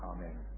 Amen